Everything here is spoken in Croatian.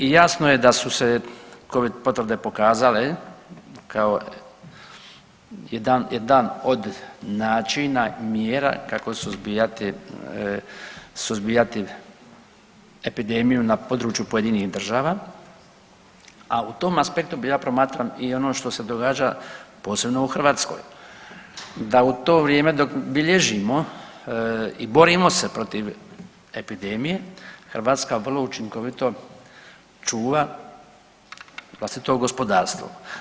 I jasno je da su se Covid potvrde pokazale kao jedan od načina mjera kako suzbijati, suzbijati epidemiju na području pojedinih država, a u tom aspektu ja promatram i ono što se događa posebno u Hrvatskoj, da u to vrijeme dok bilježimo i borimo se protiv epidemije Hrvatska vrlo učinkovito čuva vlastito gospodarstvo.